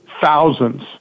thousands